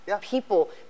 people